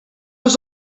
was